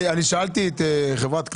אני שאלתי את חברת כלל,